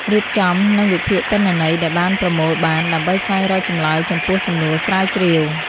រៀបចំ និងវិភាគទិន្នន័យដែលបានប្រមូលបាន ដើម្បីស្វែងរកចម្លើយចំពោះសំណួរស្រាវជ្រាវ។